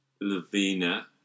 lavina